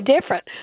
different